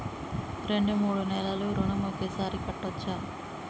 రెండు మూడు నెలల ఋణం ఒకేసారి కట్టచ్చా?